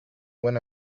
when